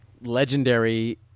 legendary